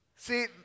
See